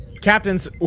Captains